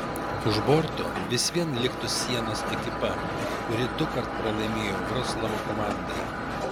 už borto vis vien liktų sienos ekipa kuri dukart pralaimėjo vroclavo komandai